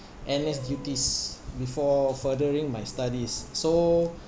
N_S duties before furthering my studies so